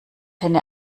henne